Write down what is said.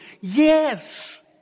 yes